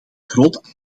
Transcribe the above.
groot